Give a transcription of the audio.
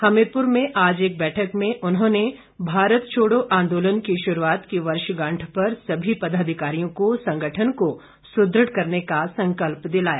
हमीरपुर में आज एक बैठक में उन्होंने भारत छोड़ों आंदोलन की शुरूआत की वर्षगांठ पर सभी पदाधिकारियों से संगठन को सुदृढ़ करने का संकल्प दिलाया